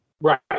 Right